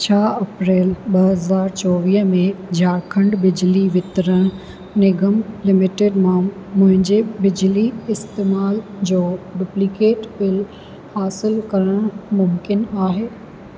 छा अप्रैल ॿ हज़ार चोवीह में झारखंड बिजली वितरण निगम लिमिटेड मां मुंहिंजे बिजली इस्तेमाल जो डुप्लीकेट बिल हासिलु करणु मुमकिन आहे